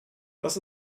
das